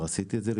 לא